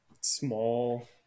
small